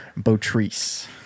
Botrice